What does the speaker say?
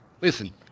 listen